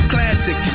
Classic